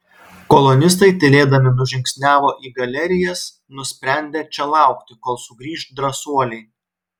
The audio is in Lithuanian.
kolonistai tylėdami nužingsniavo į galerijas nusprendę čia laukti kol sugrįš drąsuoliai